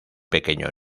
pequeño